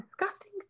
disgusting